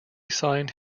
signed